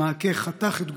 המעקה חתך את גופו,